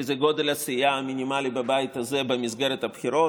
כי זה גודל הסיעה המינימלי בבית הזה במסגרת הבחירות,